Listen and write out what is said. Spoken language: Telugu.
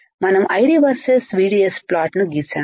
మనం ID వర్సెస్ VDS ప్లాట్ను గీసాము